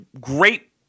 great